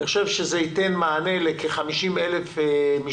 אני חושב שזה ייתן מענה לכ-30,000 משפחות.